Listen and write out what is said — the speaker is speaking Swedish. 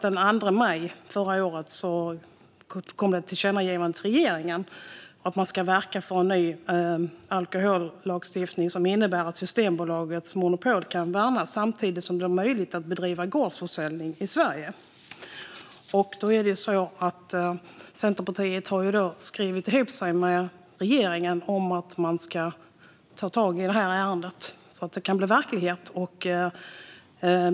Den 2 maj förra året gjordes ett tillkännagivande till regeringen om att man ska verka för en ny alkohollagstiftning som innebär att Systembolagets monopol kan värnas samtidigt som det blir möjligt att bedriva gårdsförsäljning i Sverige. Centerpartiet har skrivit ihop sig med regeringen om att man ska ta tag i detta ärende så att detta kan bli verklighet.